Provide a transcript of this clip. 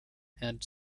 and